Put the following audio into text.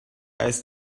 als